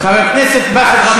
חבר הכנסת באסל,